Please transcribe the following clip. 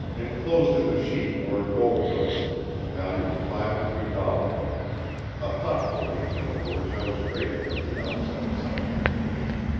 inclosed in the sheet were gold-notes to the value of five hundred dollars a thoughtful detail for which i was grateful at the outset of such an expedition.